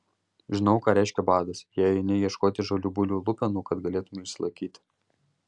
žinau ką reiškia badas jei eini ieškoti žalių bulvių lupenų kad galėtumei išsilaikyti